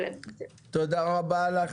תודה רבה לך.